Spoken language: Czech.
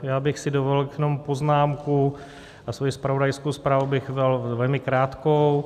Já bych si dovolil jenom poznámku a svoji zpravodajskou zprávu bych měl velmi krátkou.